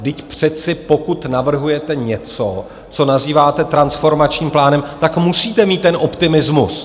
Vždyť přece pokud navrhujete něco, co nazýváte transformačním plánem, tak musíte mít ten optimismus.